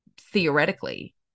theoretically